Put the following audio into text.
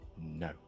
No